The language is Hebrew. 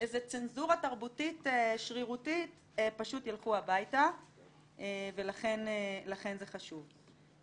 איזו צנזורה תרבותית שרירותית פשוט ילכו הביתה ולכן זה חשוב.